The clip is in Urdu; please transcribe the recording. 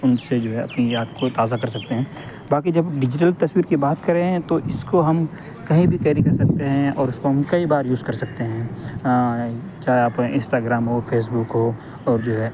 ان سے جو ہے اپنی یاد کو تازہ کر سکتے ہیں باقی جب ڈیجیٹل تصویر کی بات کریں تو اس کو ہم کہیں بھی کیری کر سکتے ہیں اور اس کو ہم کئی بار یوز کر سکتے ہیں چاہے آپ انسٹاگرام ہو فیسبک ہو اور جو ہے